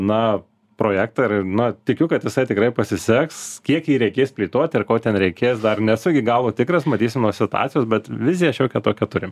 na projektą ir ir na tikiu kad jisai tikrai pasiseks kiek jį reikės plėtoti ir ko ten reikės dar nesu iki galo tikras matysim nuo situacijos bet viziją šiokią tokią turim